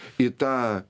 į tą